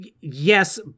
yes